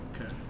Okay